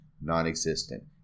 non-existent